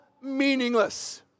meaningless